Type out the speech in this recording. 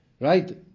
right